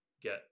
get